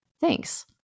Thanks